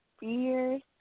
years